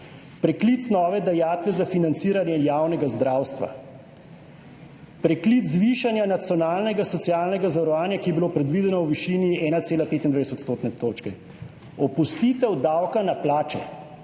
preklic nove dajatve za financiranje javnega zdravstva, preklic zvišanja nacionalnega socialnega zavarovanja, ki je bilo predvideno v višini 1,25 odstotne točke, opustitev davka na plače.